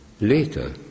later